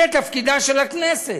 זה תפקידה של הכנסת.